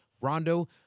Rondo